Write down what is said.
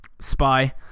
spy